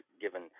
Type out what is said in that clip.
given